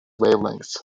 wavelengths